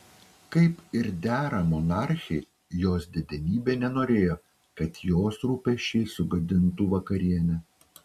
kaip ir dera monarchei jos didenybė nenorėjo kad jos rūpesčiai sugadintų vakarienę